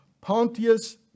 Pontius